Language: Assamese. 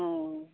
অঁ